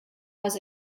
was